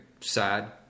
sad